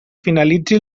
finalitzi